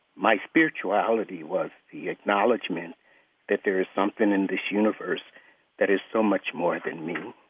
my spirituality was the acknowledgement that there is something in this universe that is so much more than me.